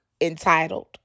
entitled